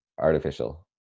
Artificial